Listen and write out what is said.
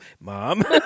mom